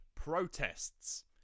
Protests